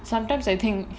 sometimes I think